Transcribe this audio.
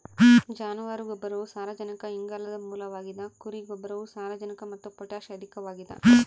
ಜಾನುವಾರು ಗೊಬ್ಬರವು ಸಾರಜನಕ ಇಂಗಾಲದ ಮೂಲವಾಗಿದ ಕುರಿ ಗೊಬ್ಬರವು ಸಾರಜನಕ ಮತ್ತು ಪೊಟ್ಯಾಷ್ ಅಧಿಕವಾಗದ